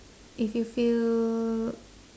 if you feel